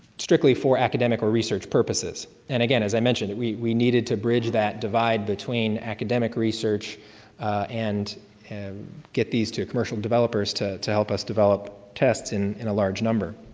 strictly for academic or research purposes. and again, as i mentioned, we we needed to bridge that divide between academic research and get these to commercial developers to to help us develop tests in in a large number.